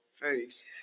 face